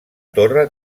torre